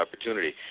opportunity